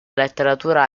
letteratura